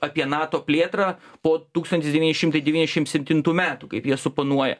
apie nato plėtrą po tūkstantis devyni šimtai devyniasdiašimt septintų metų kaip jie suponuoja